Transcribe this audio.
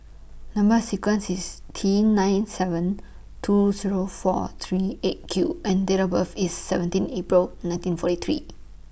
Number sequence IS T nine seven two Zero four three eight Q and Date of birth IS seventeen April nineteen forty three